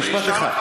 משפט אחד.